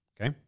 Okay